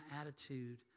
attitude